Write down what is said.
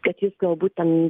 kad jis galbūt ten